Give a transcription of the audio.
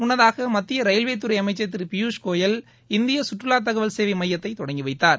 முன்னதாக மத்திய ரயில்வேத்துறை அமைச்சர் திரு பியூஷ் கோயல் இந்திய சுற்றுலா தகவல் சேவை மையத்தை தொடங்கி வைத்தார்